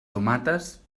tomates